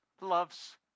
loves